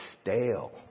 stale